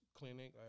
clinic